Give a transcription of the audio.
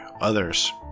Others